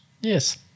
Yes